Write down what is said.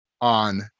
on